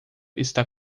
está